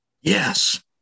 Yes